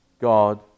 God